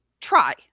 try